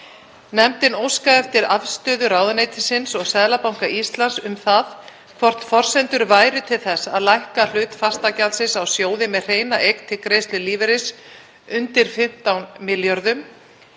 Nefndin óskaði eftir afstöðu ráðuneytisins og Seðlabanka Íslands um það hvort forsendur væru til þess að lækka hlut fastagjaldsins á sjóði með hreina eign til greiðslu lífeyris undir 15 milljörðum